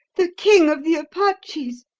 the king of the apaches!